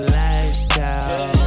lifestyle